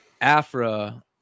Afra